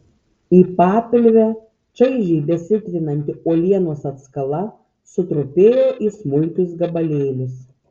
į papilvę čaižiai besitrinanti uolienos atskala sutrupėjo į smulkius gabalėlius